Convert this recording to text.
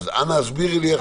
אז אנא הסבירי לי איך זה עובד.